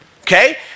okay